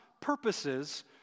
purposes